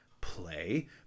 play